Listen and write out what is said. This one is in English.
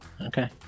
Okay